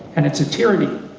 and it's a tyranny.